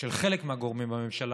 של חלק מהגורמים בממשלה,